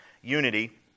unity